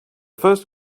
first